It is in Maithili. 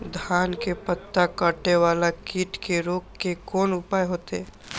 धान के पत्ता कटे वाला कीट के रोक के कोन उपाय होते?